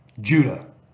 Judah